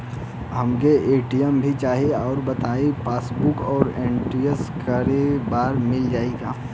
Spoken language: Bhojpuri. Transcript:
हमके ए.टी.एम भी चाही राउर बताई का पासबुक और ए.टी.एम एके बार में मील जाई का?